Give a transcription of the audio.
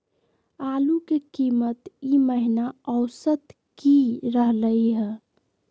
आलू के कीमत ई महिना औसत की रहलई ह?